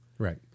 Right